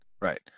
Right